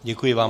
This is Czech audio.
Děkuji vám.